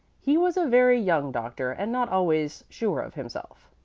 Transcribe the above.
he was a very young doctor, and not always sure of himself.